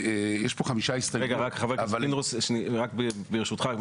חבר הכנסת פינדרוס, ברשותך.